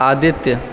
Aditya